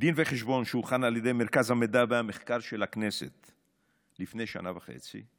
דין וחשבון שהוכן על ידי מרכז המידע והמחקר של הכנסת לפני שנה וחצי,